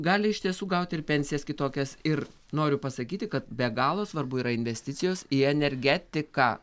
gali iš tiesų gaut ir pensijas kitokias ir noriu pasakyti kad be galo svarbu yra investicijos į energetiką